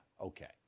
okay